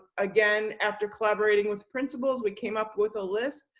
again, after collaborating with principals, we came up with a list,